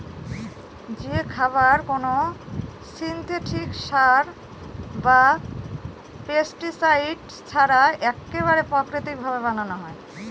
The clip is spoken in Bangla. যে খাবার কোনো সিনথেটিক সার বা পেস্টিসাইড ছাড়া এক্কেবারে প্রাকৃতিক ভাবে বানানো হয়